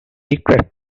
secret